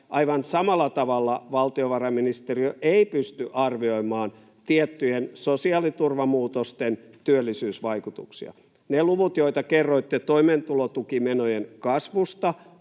aivan samalla tavalla valtiovarainministeriö ei pysty arvioimaan tiettyjen sosiaaliturvamuutosten työllisyysvaikutuksia. Ne luvut, joita kerroitte toimeentulotukimenojen kasvusta